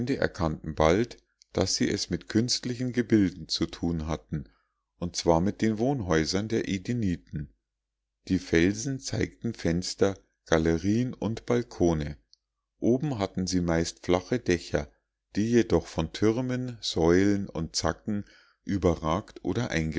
erkannten bald daß sie es mit künstlichen gebilden zu tun hatten und zwar mit den wohnhäusern der edeniten die felsen zeigten fenster galerien und balkone oben hatten sie meist flache dächer die jedoch von türmen säulen und zacken überragt oder